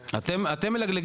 חברי הממשלה, בואו נגיע